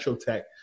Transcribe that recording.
Tech